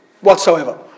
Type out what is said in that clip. whatsoever